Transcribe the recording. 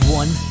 one